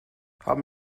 haben